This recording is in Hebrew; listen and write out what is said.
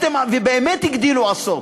ובאמת הגדילו עשות,